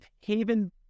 haven